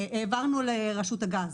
העברנו לרשות הגז.